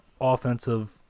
offensive